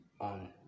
on